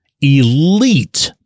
elite